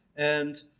and